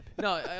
No